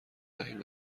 دهیم